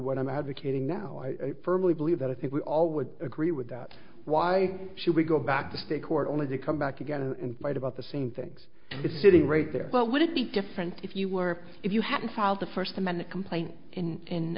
what i'm advocating now i firmly believe that i think we all would agree with that why should we go back to state court only to come back again and fight about the same things it's sitting right there what would it be different if you were if you hadn't filed the first amendment complaint in